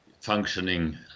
functioning